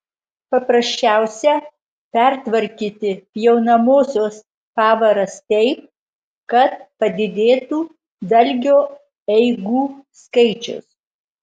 paprasčiausia pertvarkyti pjaunamosios pavaras taip kad padidėtų dalgio eigų skaičius